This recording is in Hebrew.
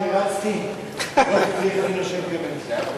אין מתנגדים,